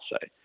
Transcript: say